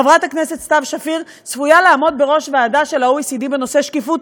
חברת הכנסת סתיו שפיר צפויה לעמוד בראש ועדה של ה-OECD בנושא שקיפות,